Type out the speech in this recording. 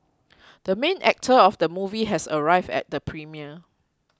the main actor of the movie has arrived at the premiere